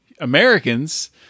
Americans